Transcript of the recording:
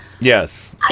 Yes